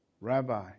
Rabbi